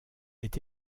est